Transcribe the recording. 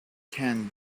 can